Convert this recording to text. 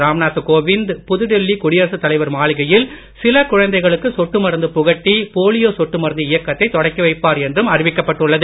ராம்நாத் கோவிந்த் புதுடில்லி குடியரசுத் தலைவர் மாளிகையில் சில குழந்தைகளுக்கு சொட்டுமருந்து புகட்டி போலியோ சொட்டு மருந்து இயக்கத்தைத் தொடக்கிவைப்பார் என்றும் அறிவிக்கப் பட்டுள்ளது